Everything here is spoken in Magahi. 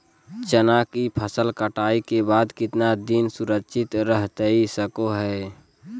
चना की फसल कटाई के बाद कितना दिन सुरक्षित रहतई सको हय?